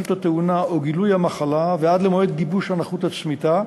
התאונה או גילוי המחלה ועד למועד גיבוש הנכות הצמיתה,